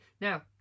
Now